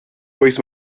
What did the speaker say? waste